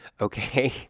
okay